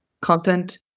content